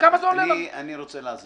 וכמה זה עולה לנו